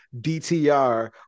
DTR